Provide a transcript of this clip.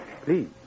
Please